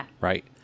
right